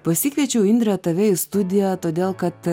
pasikviečiau indrę tave į studiją todėl kad